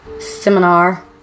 seminar